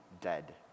dead